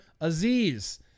Aziz